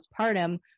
postpartum